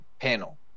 panel